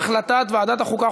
החלטת ועדת החוקה,